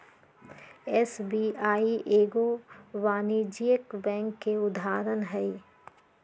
SBI एगो वाणिज्यिक bank के उदाहरण हइ